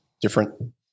different